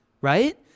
right